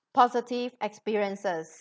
positive experiences